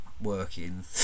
working